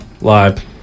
live